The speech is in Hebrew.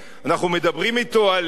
אנחנו מדברים אתו על,